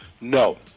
No